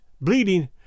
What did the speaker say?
bleeding